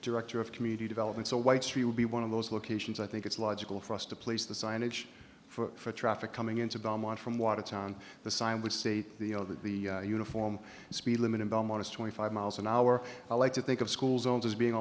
director of community development so white she would be one of those locations i think it's logical for us to place the signage for traffic coming into belmont from watertown the sign would say to the other the uniform speed limit in belmont is twenty five miles an hour i like to think of school zones as being